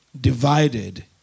divided